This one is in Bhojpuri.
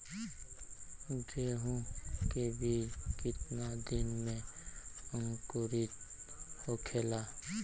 गेहूँ के बिज कितना दिन में अंकुरित होखेला?